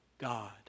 God